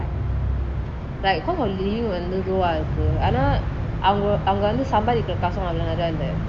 like cost living will வந்து இதுவா இருக்கு அனா அவங்க வந்து சம்பாதிக்கிற காசுலம்:vanthu ithuva iruku ana avanga vanthu sambathikira kaasulam